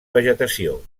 vegetació